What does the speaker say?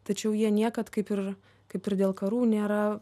tačiau jie niekad kaip ir kaip ir dėl karų nėra